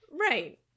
Right